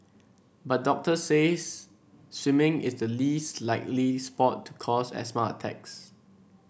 but doctors says swimming is the least likely sport to cause asthma attacks